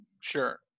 sure